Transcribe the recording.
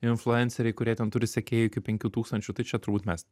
influenceriai kurie ten turi sekėjų iki penkių tūkstančių tai čia turbūt mes